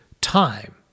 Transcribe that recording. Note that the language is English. time